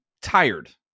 tired